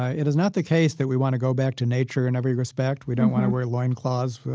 it is not the case that we want to go back to nature in every respect. we don't want to wear loincloths.